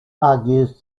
argues